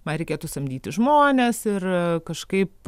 man reikėtų samdyti žmones ir kažkaip